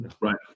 Right